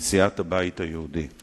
מסיעת הבית היהודי,